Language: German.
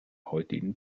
heutigen